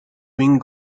wind